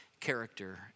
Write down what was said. character